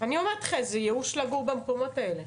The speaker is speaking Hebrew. אני אומרת לך, זה ייאוש לגור במקומות האלה.